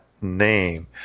name